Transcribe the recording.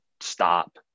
stop